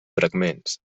fragments